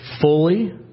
fully